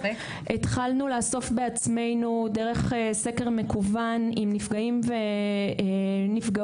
התחלנו לאסוף בעצמו דרך סקר מקוון הם נפגעים ונפגעות,